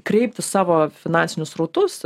kreipti savo finansinius srautus